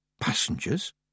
Passengers